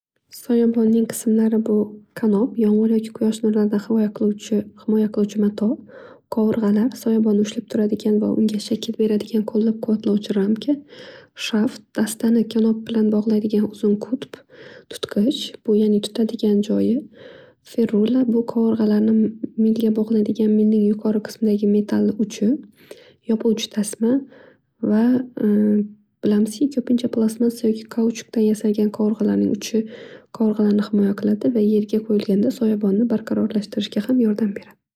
Soyabonning qismlari bu qanob, yomg; ir yoki quyosh nurlaridan himoya qiluvchi mato, qovurg'alar, soyabonni ushlab turadigan va unga shakl berdigan qo'llab quvvotlovchi ramka, shaft dastona kanob bilan bog'laydigan uzun qutb, tutqich bu yani tutadigan joyi, ferolla bu qovurg'alarni milga bog'laydigan yuqori qismidagi metalli uchi, yopuvchi tasma va bilamizki ko'pincha plasmassa va kauchokdan yasalgan qivurg'alarni uchi qovurg'alarni himoya qiladi va yerga burganda soyabonni barqarorlashtirishga ham yordam beradi.